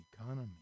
economy